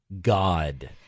God